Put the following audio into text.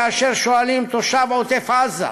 כאשר שואלים תושב עוטף-עזה,